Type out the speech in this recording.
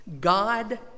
God